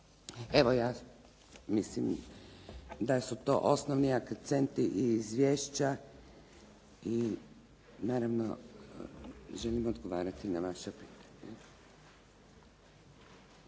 Evo, ja mislim da su to osnovni akcenti iz izvješća i naravno želim odgovarati na vaša pitanja.